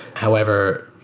however,